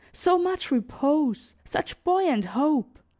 so much repose, such buoyant hope!